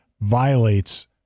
violates